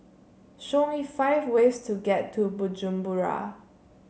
show me five ways to get to Bujumbura